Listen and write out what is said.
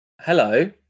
Hello